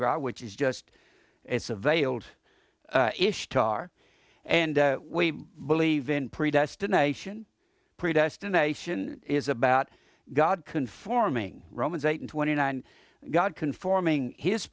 gras which is just it's a veiled ishtar and we believe in predestination predestination is about god conforming romans eight twenty nine god conforming his